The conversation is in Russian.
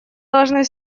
должен